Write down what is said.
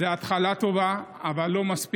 זו התחלה טובה, אבל זה לא מספיק.